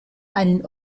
einen